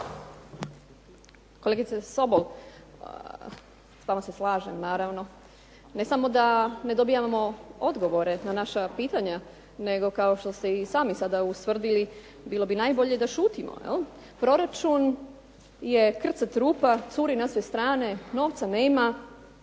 Kolegice Sobol, s vama se slažem naravno. Ne samo da ne dobivamo odgovore na naša pitanja nego kao što ste i sami sada ustvrdili, bilo bi najbolje da šutimo. Proračun je krcat rupama, curi na sve strane, novca nema,